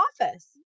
office